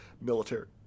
military